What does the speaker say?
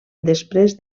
després